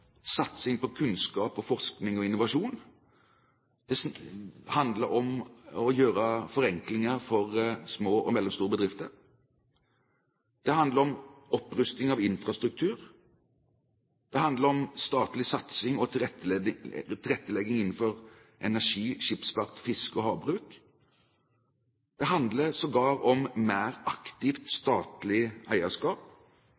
satsing på kunnskap, forskning og innovasjon. Det handler om å gjøre forenklinger for små og mellomstore bedrifter. Det handler om opprusting av infrastruktur. Det handler om statlig satsing og tilrettelegging innenfor energi, skipsfart, fiske og havbruk. Det handler sågar om mer aktivt